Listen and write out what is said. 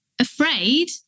afraid